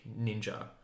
ninja